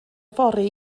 fory